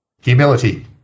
Humility